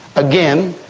again,